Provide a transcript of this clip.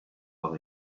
are